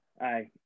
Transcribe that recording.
Aye